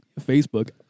Facebook